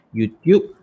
YouTube